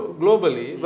globally